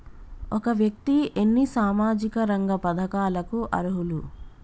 ఒక వ్యక్తి ఎన్ని సామాజిక రంగ పథకాలకు అర్హులు?